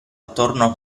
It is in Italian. attorno